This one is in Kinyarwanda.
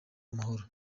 amahoro